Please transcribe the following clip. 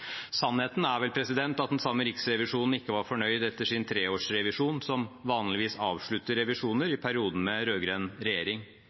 Sannheten er vel at den samme Riksrevisjonen ikke var fornøyd etter sin treårsrevisjon – som vanligvis avslutter revisjoner – i perioden med rød-grønn regjering.